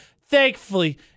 thankfully